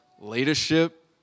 leadership